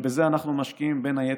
בזה אנחנו משקיעים, בין היתר,